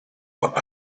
what